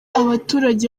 abaturage